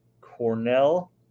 cornell